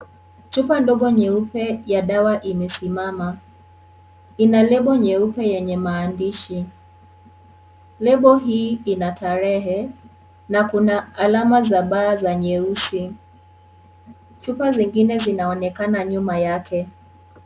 Chupa ndogo nyeupe ya dawa imesimama, ina lebo nyeupe yenye maandishi, lebo hii ina tarehe na kuna alama za baa za nyeusi. Chupa zingine zinaonekana nyuma yake.